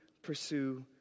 Pursue